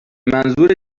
منظور